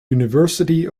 university